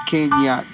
Kenya